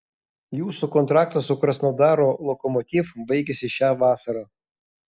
jūsų kontraktas su krasnodaro lokomotiv baigiasi šią vasarą